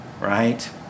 right